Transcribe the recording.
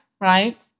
right